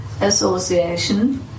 association